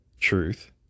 truth